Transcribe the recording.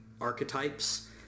archetypes